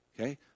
Okay